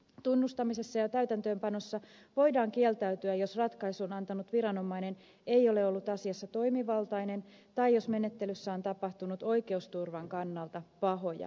tunnustamisesta ja täytäntöönpanosta voidaan kieltäytyä jos ratkaisun antanut viranomainen ei ole ollut asiassa toimivaltainen tai jos menettelyssä on tapahtunut oikeusturvan kannalta pahoja virheitä